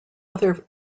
other